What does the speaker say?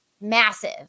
massive